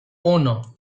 uno